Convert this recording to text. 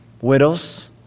widows